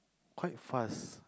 quite fast